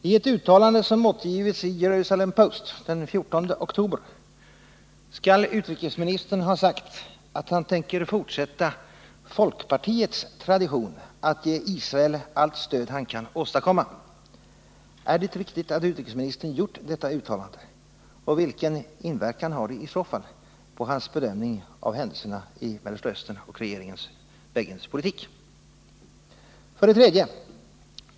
I ett uttalande som återgivits i Jerusalem Post den 14 oktober skall utrikesministern ha sagt att han tänker fortsätta folkpartiets tradition att ge Israel allt stöd han kan åstadkomma. Är det riktigt att utrikesministern gjort detta uttalande, och vilken inverkan har det i så fall på hans bedömning av händelserna i Mellersta Östern och regeringen Begins politik? 3.